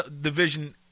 Division